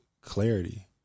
clarity